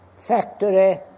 factory